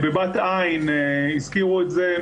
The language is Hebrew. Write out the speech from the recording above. בבת עין הזכירו את זה,